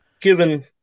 given